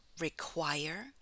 require